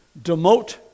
Demote